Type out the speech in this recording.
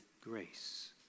grace